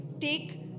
take